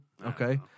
Okay